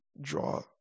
Draw